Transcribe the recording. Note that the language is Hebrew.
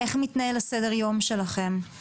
איך מתנהל סדר היום שלכם?